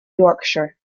yorkshire